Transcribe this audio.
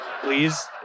Please